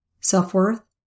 self-worth